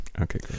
okay